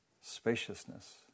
spaciousness